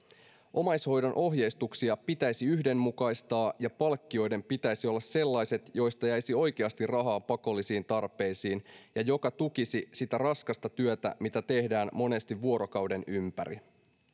omaishoidon ohjeistuksia pitäisi yhdenmukaistaa ja palkkioiden pitäisi olla sellaiset että niistä jäisi oikeasti rahaa pakollisiin tarpeisiin ja ne tukisivat sitä raskasta työtä mitä tehdään monesti vuorokauden ympäri